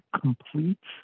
completes